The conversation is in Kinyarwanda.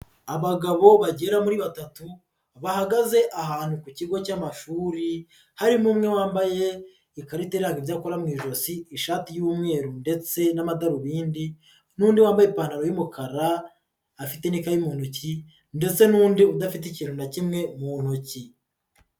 Abagabo bagera muri batatu bahagaze ahantu ku kigo cy'amashuri harimo umwe wambaye ikarita iranga ibyo icyakora mu ijosi ishati y'umweru ndetse n'amadarubindi n'undi wambaye ipantaro y'umukara afite n'ikayi mu ntoki ndetse n'undi udafite ikintu na kimwe mu ntoki.